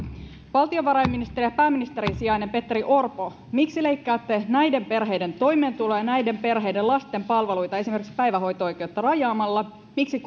valtiovarainministeri ja pääministerin sijainen petteri orpo miksi leikkaatte näiden perheiden toimeentuloa ja näiden perheiden lasten palveluita esimerkiksi päivähoito oikeutta rajaamalla miksi